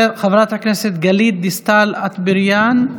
חברת הכנסת גלית דיסטל אטבריאן,